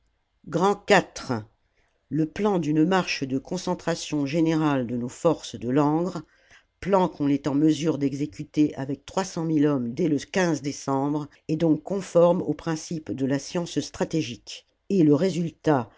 le plan d'une marche de concentration générale de nos forces de langres plan qu'on est en mesure d'exécuter avec trois cent mille hommes dès le décembre est donc conforme aux principes de la science stratégique et le résultat